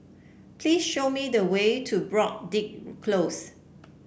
please show me the way to Broadrick Close